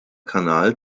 kanal